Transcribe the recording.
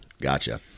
Gotcha